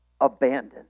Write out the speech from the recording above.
abandoned